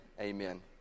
amen